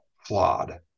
flawed